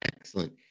Excellent